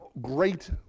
great